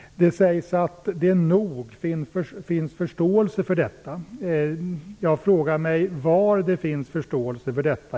Det sägs att det nog finns förståelse för detta. Jag frågar mig var det finns förståelse för detta.